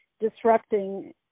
disrupting